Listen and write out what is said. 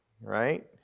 right